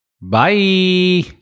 Bye